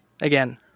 again